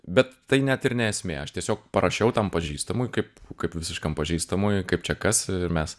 bet tai net ir ne esmė aš tiesiog parašiau tam pažįstamui kaip kaip visiškam pažįstamui kaip čia kas ir mes